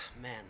man